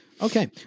Okay